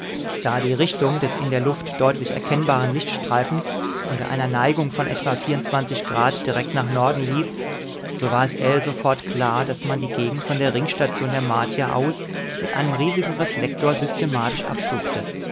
da die richtung des in der luft deutlich erkennbaren lichtstreifens unter einer neigung von etwa grad direkt nach norden lief so war es ell sofort klar daß man die gegend von der ringstation der martier aus mit einem riesigen reflektor systematisch absuchte